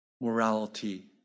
morality